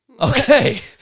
Okay